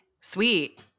sweet